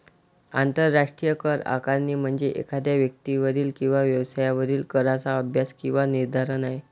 आंतरराष्ट्रीय करआकारणी म्हणजे एखाद्या व्यक्तीवरील किंवा व्यवसायावरील कराचा अभ्यास किंवा निर्धारण आहे